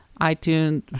iTunes